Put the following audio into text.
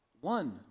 one